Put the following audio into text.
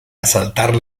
asaltar